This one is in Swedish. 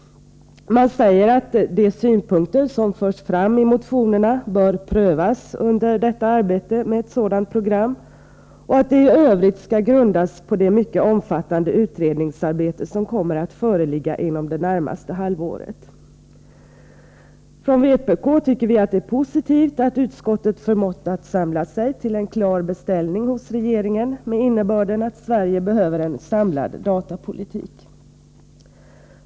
Man säger att de synpunkter som förs fram i motionerna bör prövas under arbetet med ett sådant program och att detta i övrigt skall grundas på det mycket omfattande utredningsarbete, som kommer att föreligga inom det närmaste halvåret. Vi från vpk tycker att det är positivt att utskottet förmått att samla sig till en klar beställning hos regeringen med innebörden att Sverige behöver en samlad datapolitik.